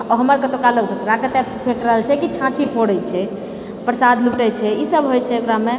हमर कऽ एतुका लोक दोसराके ओतऽ फेक रहल छै कि छाँछी फोड़ै छै प्रसाद लुटै छै ई सब होइत छै गाममे